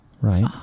Right